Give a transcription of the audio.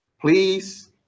please